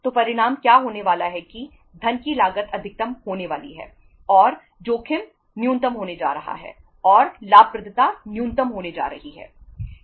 तो परिणाम क्या होने वाला है कि धन की लागत अधिकतम होने वाली है और जोखिम न्यूनतम होने जा रहा है और लाभप्रदता न्यूनतम होने जा रही है